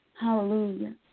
Hallelujah